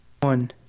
one